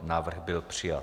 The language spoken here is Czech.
Návrh byl přijat.